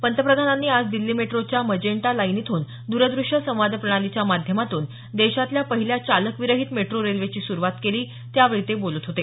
पंतप्रधानांनी आज दिल्ली मेट्रोच्या मजेंटा लाइन इथून दूरदृश्य संवाद प्रणालीच्या माध्यमातून देशातल्या पहिल्या चालकविरहित मेट्रो रेल्वेची सुरुवात केली त्यावेळी ते बोलत होते